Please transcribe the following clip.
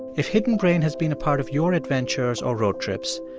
if hidden brain has been a part of your adventures or road trips,